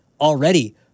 already